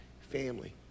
family